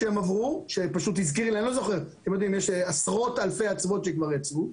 יש עשרות אלפי אצוות שכבר יצרו,